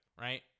right